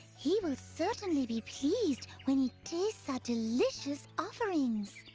he will certainly be pleased when he tastes our delicious offerings.